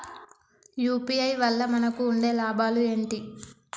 UPI వల్ల మనకు ఉండే లాభాలు ఏంటి?